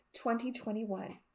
2021